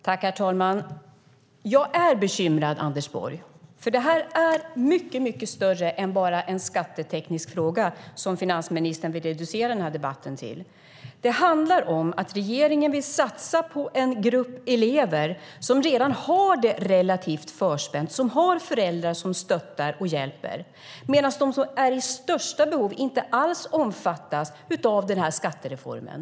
Herr talman! Jag är bekymrad, Anders Borg. Det här är mycket större än bara en skatteteknisk fråga, som finansministern vill reducera den här debatten till. Det handlar om att regeringen vill satsa på en grupp elever som redan har det relativt bra förspänt och som har föräldrar som stöttar och hjälper, medan de som har de största behoven inte alls omfattas av den här skattereformen.